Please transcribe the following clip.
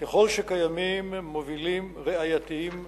ככל שקיימים מובילים ראייתיים בחקירה.